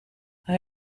hij